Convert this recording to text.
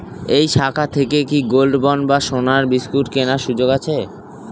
এই শাখা থেকে কি গোল্ডবন্ড বা সোনার বিসকুট কেনার সুযোগ আছে?